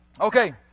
Okay